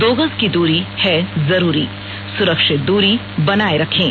दो गज की दूरी है जरूरी सुरक्षित दूरी बनाए रखें